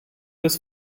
des